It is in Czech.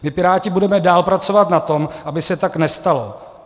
My Piráti budeme dál pracovat na tom, aby se tak nestalo.